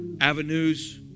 avenues